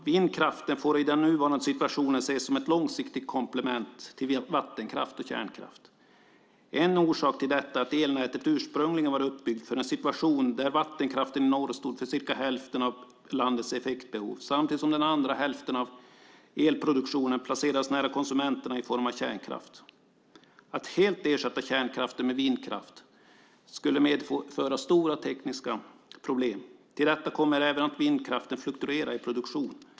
Vindkraften får i den nuvarande situationen ses som ett långsiktigt komplement till vattenkraft och kärnkraft. En orsak till detta är att elnätet ursprungligen var uppbyggt för en situation där vattenkraften i norr stod för cirka hälften av landets effektbehov samtidigt som den andra hälften av elproduktionen placerades nära konsumenterna i form av kärnkraft. Att helt ersätta kärnkraften med vindkraft skulle medföra stora tekniska problem. Till detta kommer att vindkraften fluktuerar i produktion.